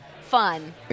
fun